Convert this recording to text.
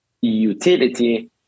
utility